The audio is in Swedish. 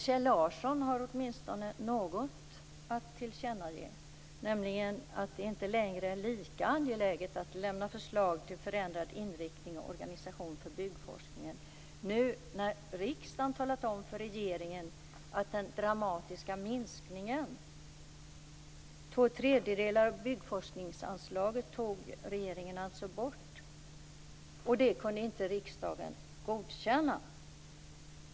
Kjell Larsson har åtminstone något att tillkännage, nämligen att det inte längre är lika angeläget att lämna förslag till förändrad inriktning och organisation för byggforskningen när riksdagen har talat om för regeringen att man inte kunde godkänna den dramatiska minskningen. Två tredjedelar av byggforskningsanslaget tog regeringen alltså bort.